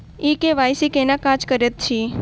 ई KYC केना काज करैत अछि?